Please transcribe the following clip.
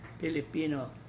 Filipino